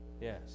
Yes